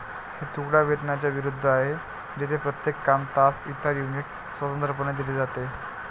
हे तुकडा वेतनाच्या विरुद्ध आहे, जेथे प्रत्येक काम, तास, इतर युनिट स्वतंत्रपणे दिले जाते